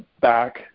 back